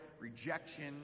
rejection